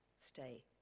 stay